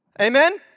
Amen